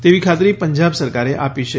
તેવા ખાતરી પંજાબ સરકારે આપી છે